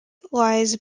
lies